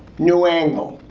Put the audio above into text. new angle.